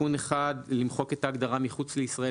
תיקון אחד: למחוק את ההגדרה "מחוץ לישראל",